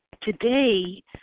Today